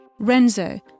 Renzo